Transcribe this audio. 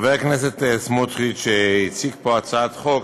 חבר הכנסת סמוטריץ הציג פה הצעת חוק,